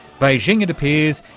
beijing, it appears,